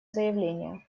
заявления